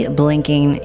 blinking